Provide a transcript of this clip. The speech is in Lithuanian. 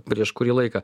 prieš kurį laiką